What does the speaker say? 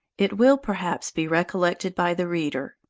it will, perhaps, be recollected by the reader,